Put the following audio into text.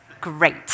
Great